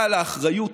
אבל האחריות